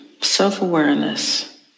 self-awareness